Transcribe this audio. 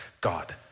God